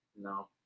No